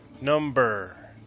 number